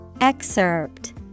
Excerpt